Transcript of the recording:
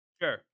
Sure